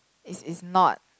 is is not